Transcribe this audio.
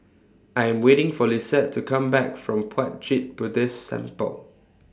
I Am waiting For Lisette to Come Back from Puat Jit Buddhist Temple